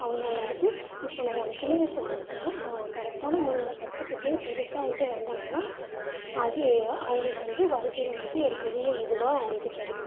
அவங்க வந்துட்டு இப்போ நம்ம ஒன்னு சின்ன வயதுல கத்துக்கிட்டோம்னால் அது அவங்க கரெக்ட்டான முறையில் கத்துகிட்டு பெருசாகிட்டு வந்தாங்கன்னா அது அவங்களுக்கு வந்துட்டு வாழ்க்கையில வந்துட்டு ஒரு பெரிய இதுவாக அவங்களுக்கு கிடைக்கும்